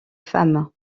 femmes